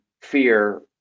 fear